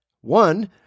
one